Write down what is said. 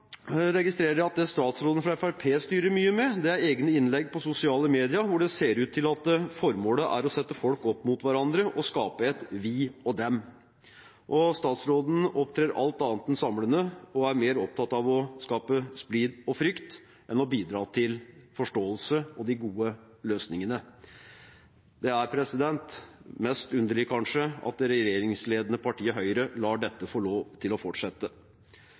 Jeg registrerer at det statsråden fra Fremskrittspartiet styrer mye med, er egne innlegg på sosiale medier, hvor det ser ut til at formålet er å sette folk opp mot hverandre og skape et vi-og-de. Statsråden opptrer alt annet enn samlende og er mer opptatt av å skape splid og frykt enn å bidra til forståelse og de gode løsningene. Det er kanskje mest underlig at det regjeringsledende partiet, Høyre, lar dette få lov til å fortsette.